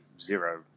zero